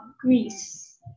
Greece